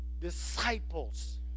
disciples